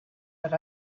but